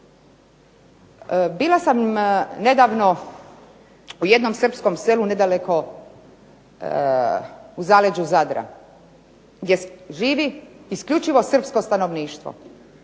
Bila sam nedavno u jednom srpskom selu nedaleko, u zaleđu Zadra, gdje živi isključivo srpsko stanovništvo.